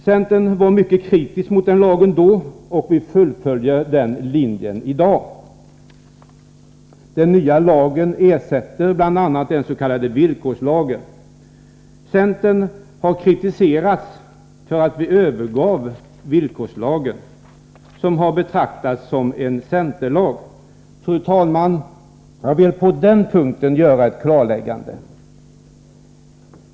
Centern var mycket kritisk mot den lagen då, och vi fullföljer den linjen i dag. Den nya lagen ersätter bl.a. den s.k. villkorslagen. Vi i centern har kritiserats för att vi övergav villkorslagen, som har betraktats som en centerlag. Fru talman! Jag vill på den punkten göra ett klarläggande.